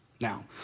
Now